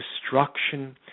destruction